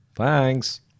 Thanks